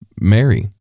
Mary